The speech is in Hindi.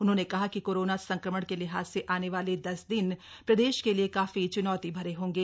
उन्होंने कहा कि कोरोना संक्रमण के लिहाज से आने वाले दस दिन प्रदेश के लिये काफी च्नौती भरे होंगे